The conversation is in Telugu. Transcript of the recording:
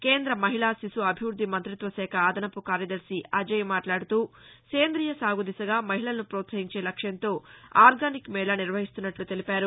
కేంద్ర మహిళా శిశు అభివృద్ది మంతిత్వశాఖ అదనపు కార్యదర్భి అజయ్ మాట్లాడుతూ సేంద్రియ సాగు దిశగా మహిళలను ప్రపోత్సహించే లక్ష్యంతో ఆర్గానిక్ మేళా నిర్వహిస్తున్నట్లు తెలిపారు